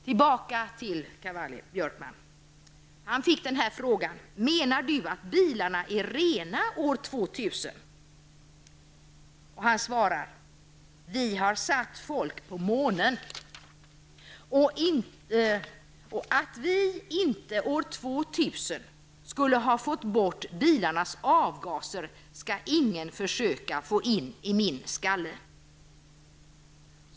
Hans Cavalli-Björkman fick frågan: ''Menar du att bilarna är rena år 2000?'' Han svarade: ''Vi har satt folk på månen och att vi inte år 2000 skulle ha fått bort bilarnas avgaser skall ingen försöka få in i min skalle.''